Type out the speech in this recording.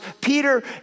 Peter